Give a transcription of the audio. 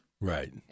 Right